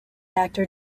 actor